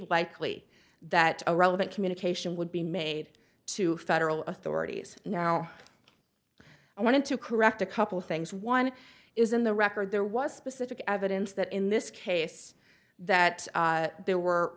likely that a relevant communication would be made to federal authorities now i wanted to correct a couple of things one is in the record there was specific evidence that in this case that there were